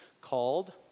called